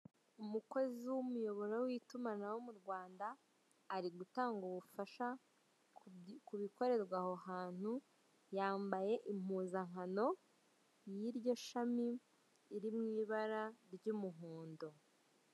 Umukozi w'umuyoboro w'itumanaho mu Rwanda, ari gutanga ubufasha ku bikorerwa aho hantu, yambaye impuzankano y'iryo shami iri mu ibara ry'umuhondo.